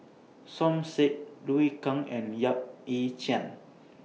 Som Said Liu Kang and Yap Ee Chian